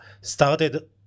started